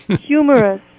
humorous